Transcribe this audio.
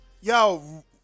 Yo